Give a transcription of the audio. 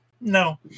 No